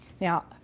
now